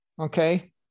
Okay